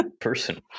person